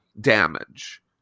damage